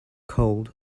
cold